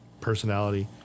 personality